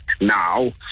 Now